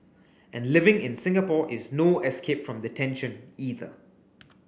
and living in Singapore is no escape from the tension either